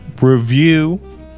review